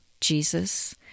Jesus